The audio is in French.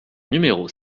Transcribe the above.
numéros